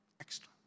Extra